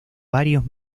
varios